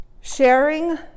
Sharing